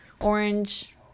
orange